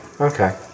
Okay